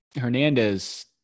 Hernandez